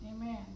Amen